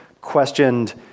questioned